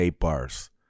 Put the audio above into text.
bars